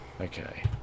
Okay